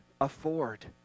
afford